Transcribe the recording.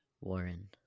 Warren